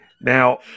Now